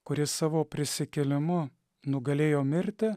kuris savo prisikėlimu nugalėjo mirtį